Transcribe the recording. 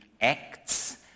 ACTS